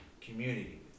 community